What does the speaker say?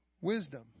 wisdom